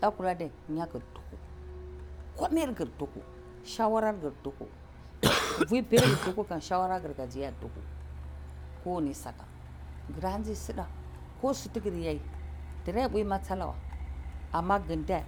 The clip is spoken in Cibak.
Dakur adai nya gir duku komair gir duku shawarar gir duku vir pirgi duku shawarar gir duku kowani saka ko sir tigi yaigira pwi masalawai ama gi ndai